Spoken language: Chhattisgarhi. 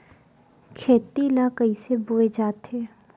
खेती ला कइसे बोय जाथे?